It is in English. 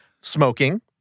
Smoking